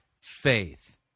faith